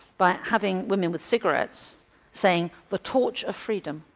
by having women with cigarettes saying the torch of freedom.